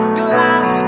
glass